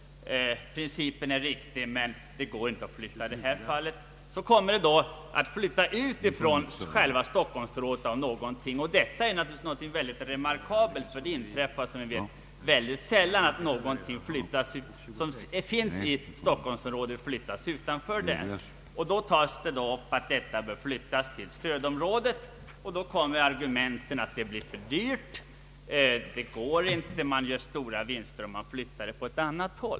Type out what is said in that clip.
Principen är riktig men det går inte att flytta i detta fall. Nu skall vi behandla ett ärende som gäller utflyttning av en verksamhet, myntverket, från själva Stockholmsområdet. Detta är något mycket remarkabelt, eftersom det — som jag nyss sade — inträffar mycket sällan att någonting som finns inom Stockholmsområdet flyttas utanför detta. Motionärer ansåg att denna industri bör flyttas till stödområdet. Mot detta framförs att man gör stora vinster om man flyttar till en annan ort.